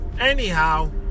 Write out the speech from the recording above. anyhow